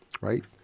right